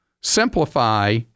simplify